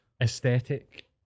aesthetic